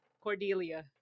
Cordelia